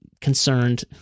concerned